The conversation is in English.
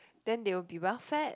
then they will be well fed